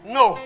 no